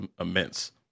immense